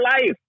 life